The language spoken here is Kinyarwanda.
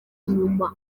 nyuma